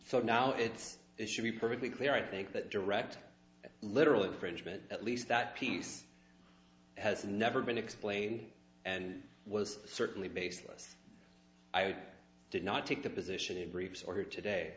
so now it's it should be perfectly clear i think that direct literally frenchman at least that piece has never been explained and was certainly baseless i did not take the position in briefs order today